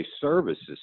services